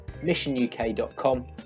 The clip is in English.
missionuk.com